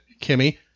Kimmy